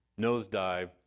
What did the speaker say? nosedive